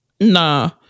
Nah